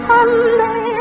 Sunday